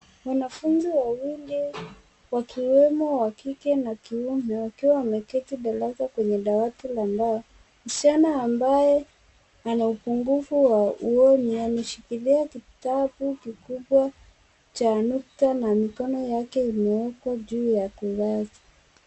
Wanafunzi wawili wakiwemo wa kike na kiume wakiwa wameketi darasa kwenye dawati la mbao, Msichana ambaye ana upungufu wa uoni ameshikilia kitabu kikubwa cha nta na mikono yake imewekwa juu ya kurasa.